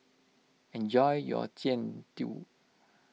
enjoy your Jian Dui